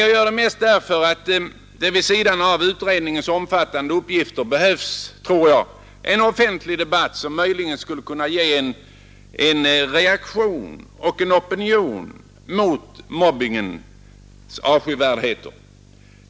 Jag gör det mest därför att det vid sidan av utredningens omfattande uppgifter behövs en offentlig debatt som möjligen skulle kunna ge en reaktion och opinion mot mobbingens avskyvärdheter.